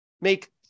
make